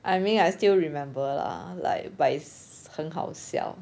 I mean I still remember lah like but it's 很好笑